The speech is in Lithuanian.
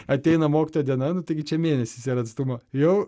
ateina mokytojo diena nu taigi čia mėnesis yra atstumo jau